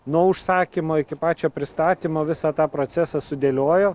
nuo užsakymo iki pačio pristatymo visą tą procesą sudėliojo